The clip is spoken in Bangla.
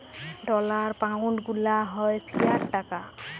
ডলার, পাউনড গুলা হ্যয় ফিয়াট টাকা